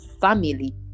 family